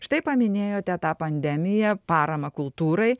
štai paminėjote tą pandemiją paramą kultūrai